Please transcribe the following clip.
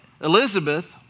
Elizabeth